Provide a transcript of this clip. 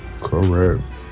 correct